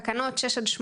תקנות 6-8,